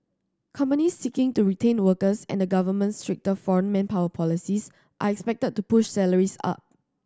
companies seeking to retain workers and the government's stricter foreign manpower policies are expected to push salaries up